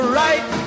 right